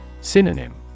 Synonym